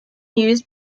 used